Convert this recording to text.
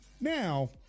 Now